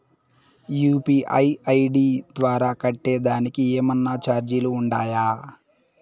UPI ID ద్వారా కట్టేదానికి ఏమన్నా చార్జీలు ఉండాయా?